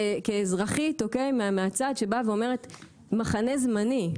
כאזרחית שבאה מהצד ואומרת מחנה זמני,